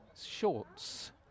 shorts